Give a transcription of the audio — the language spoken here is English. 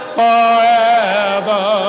forever